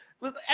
look